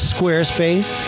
Squarespace